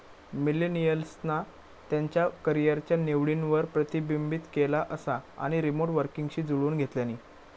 मिलेनियल्सना त्यांच्या करीयरच्या निवडींवर प्रतिबिंबित केला असा आणि रीमोट वर्कींगशी जुळवुन घेतल्यानी